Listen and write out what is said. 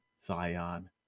Zion